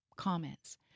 Comments